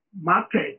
market